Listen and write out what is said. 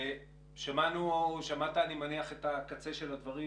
שמעת, אני מניח, את הקצה של הדברים